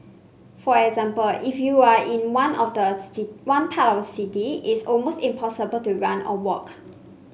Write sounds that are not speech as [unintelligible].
for example if you are in one of the [unintelligible] one part city it's almost impossible to run or walk